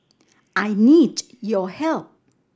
I need your help